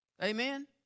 Amen